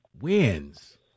wins